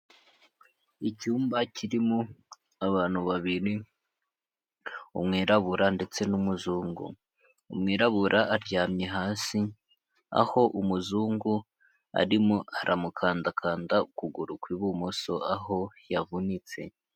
Icyumba kirimo abantu babiri, umwirabura ndetse n'umuzungu. Umwirabura aryamye hasi, aho umuzungu arimo aramukandakanda ukuguru kw'ibumoso. Aho yavunitse.